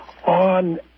on